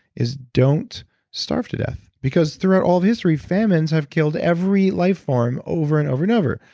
is don't starve to death. because throughout all of history famines have killed every life form over and over and over.